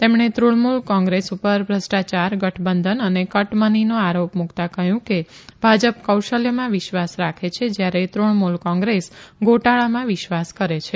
તેમણે તૃણમુલ કોંગ્રેસ પર ભ્રષ્ટાયાર ગઠબંધન અને કટ મનીનો આરોપ મુકતાં કહ્યું કે ભાજપ કૌશલ્યમાં વિશ્વાસ રાખે છે જ્યારે તૃણમુલ કોંગ્રેસ ગોટાળામાં વિશ્વાસ કરે છે